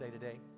today